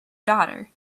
daughter